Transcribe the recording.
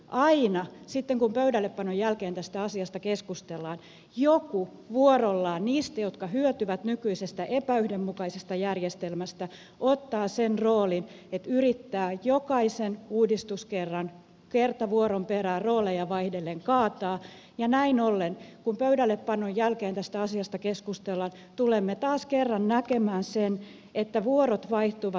aina sitten kun pöydällepanon jälkeen tästä asiasta keskustellaan vuorollaan joku niistä jotka hyötyvät nykyisestä epäyhdenmukaisesta järjestelmästä ottaa sen roolin että yrittää jokaisen uudistuskerran vuoron perään rooleja vaihdellen kaataa ja näin ollen kun pöydällepanon jälkeen tästä asiasta keskustellaan tulemme taas kerran näkemään sen että vuorot vaihtuvat